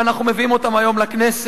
ואנחנו מביאים אותם היום לכנסת.